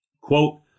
Quote